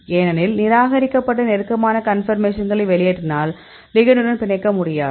ஏனெனில் நிராகரிக்கப்பட்ட நெருக்கமான கன்பர்மேஷன்களை வெளியேற்றினால் லிகெண்டுடன் பிணைக்க முடியாது